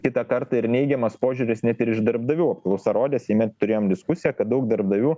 kitą kartą ir neigiamas požiūris net ir iš darbdavių apklausa rodė seime turėjom diskusiją kad daug darbdavių